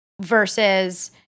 versus